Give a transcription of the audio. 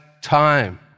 time